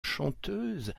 chanteuse